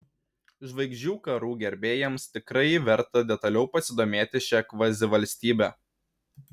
žvaigždžių karų gerbėjams tikrai verta detaliau pasidomėti šia kvazivalstybe